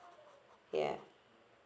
yeah